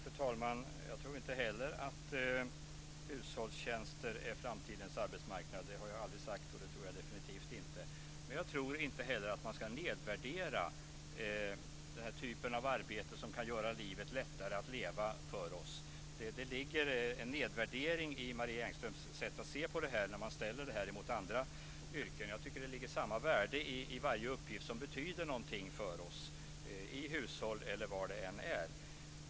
Fru talman! Jag tror inte att hushållstjänster är framtidens arbetsmarknad. Det har jag aldrig sagt, och det tror jag definitivt inte. Men jag tror inte heller att man ska nedvärdera denna typ av arbete som kan göra livet lättare att leva för oss. Det ligger en nedvärdering i Marie Engströms sätt att se på detta och att ställa det mot andra yrken. Jag tycker att det ligger samma värde i varje uppgift som betyder någonting för oss, i hushållet eller var det än är.